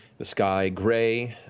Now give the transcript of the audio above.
the sky gray,